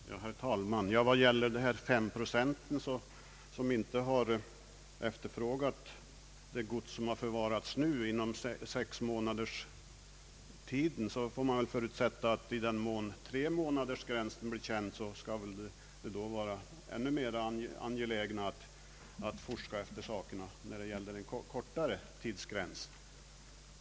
Herr talman! Fem procent av ägarna, som hört av sig, har alltså inte inom tre månader efterfrågat det gods som förvarats inom den nu gällande tiden av sex månader. Man får kanske räkna med att även de blir mer angelägna att forska efter sakerna i den mån tremånadersgränsen blir känd.